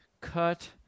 Cut